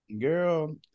Girl